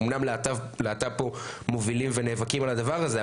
אומנם להט"ב פה מובילים ונאבקים על הדבר הזה,